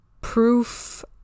proof